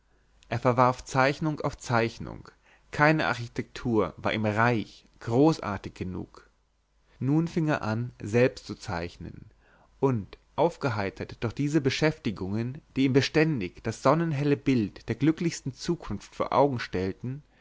er verwarf zeichnung auf zeichnung keine architektur war ihm reich großartig genug nun fing er an selbst zu zeichnen und aufgeheitert durch diese beschäftigungen die ihm beständig das sonnenhelle bild der glücklichsten zukunft vor augen stellten